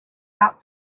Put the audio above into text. out